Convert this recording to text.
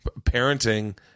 parenting